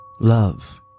Love